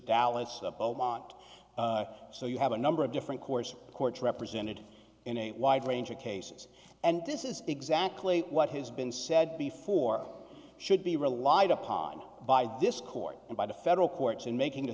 beaumont so you have a number of different course courts represented in a wide range of cases and this is exactly what has been said before should be relied upon by this court and by the federal courts in making